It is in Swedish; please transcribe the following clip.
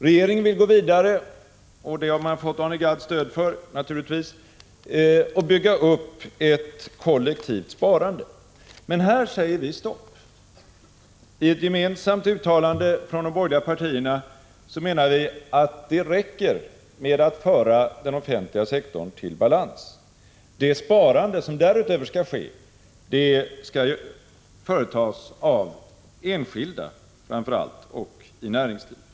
Regeringen vill gå vidare med att bygga ut det kollektiva sparandet, och för detta får man naturligtvis Arne Gadds stöd. Men här säger vi stopp. I ett gemensamt uttalande från de borgerliga partierna menar vi att det räcker med att föra den offentliga sektorn till balans. Det sparande som därutöver skall ske skall företas framför allt av Prot. 1985/86:163 enskilda samt i näringslivet.